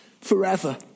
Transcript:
forever